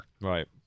right